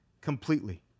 completely